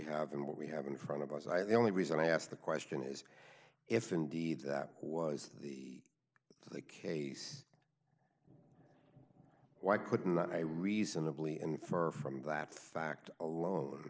have and what we have in front of us i the only reason i asked the question is if indeed that was the case why couldn't i reasonably infer from that fact alone